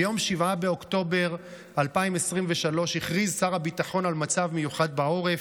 ביום 7 באוקטובר 2023 הכריז שר הביטחון על מצב מיוחד בעורף,